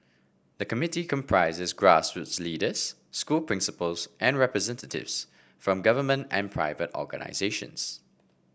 the committee comprises grassroots leaders school principals and representatives from government and private organisations